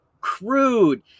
crude